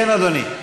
כן, אדוני?